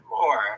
more